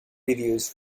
reviews